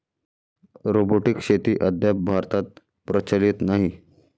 robotic शेती अद्याप भारतात प्रचलित नाही